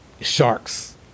sharks